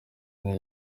niba